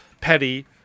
petty